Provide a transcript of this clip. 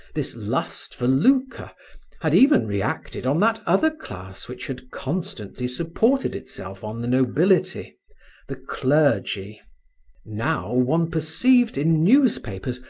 this lust for lucre had even reacted on that other class which had constantly supported itself on the nobility the clergy now one perceived, in newspapers,